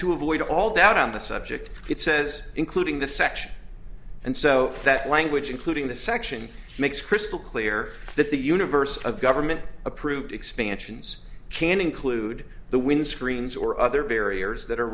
to avoid all that on the subject it says including the section and so that language including the section makes crystal clear that the universe of government approved expansions can include the windscreens or other barriers that are